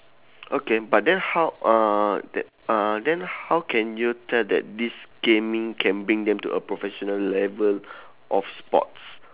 okay but then how uh th~ uh then how can you tell that this gaming can bring them to a professional level of sports